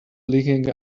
leaking